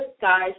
guys